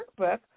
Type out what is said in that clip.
workbook